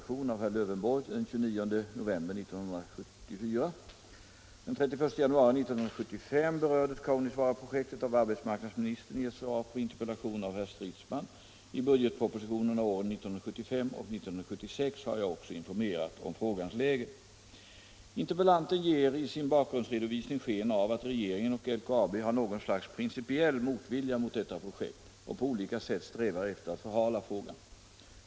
Interpellanten ger i sin bakgrundsredovisning sken av att regeringen och LKAB har något slags principiell motvilja mot detta projekt och på olika sätt strävar efter att förhala frågan.